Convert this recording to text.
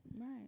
Right